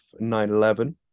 9-11